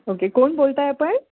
okay कोण बोलताय आपण